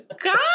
God